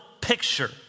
picture